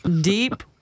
Deep